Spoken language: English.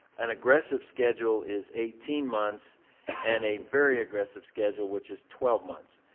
an aggressive schedule is eighteen months and a very aggressive schedule which is twelve months.